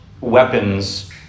weapons